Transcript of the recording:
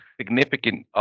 significant